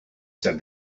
said